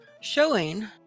showing